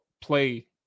play